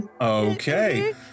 Okay